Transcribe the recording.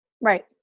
Right